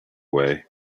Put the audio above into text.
away